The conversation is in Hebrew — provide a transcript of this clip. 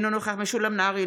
אינו נוכח משולם נהרי,